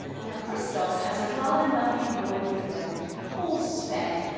now christophe has a rather lovely loyal friend called sven.